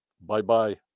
bye-bye